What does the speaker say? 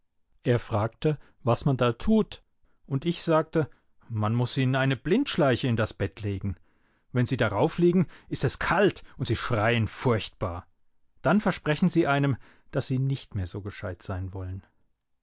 er fragte was man da tut und ich sagte man muß ihnen eine blindschleiche in das bett legen wenn sie daraufliegen ist es kalt und sie schreien furchtbar dann versprechen sie einem daß sie nicht mehr so gescheit sein wollen